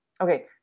Okay